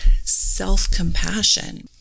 self-compassion